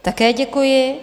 Také děkuji.